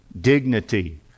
dignity